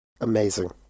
Amazing